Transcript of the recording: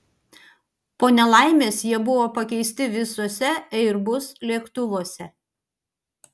po nelaimės jie buvo pakeisti visuose airbus lėktuvuose